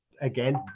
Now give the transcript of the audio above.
again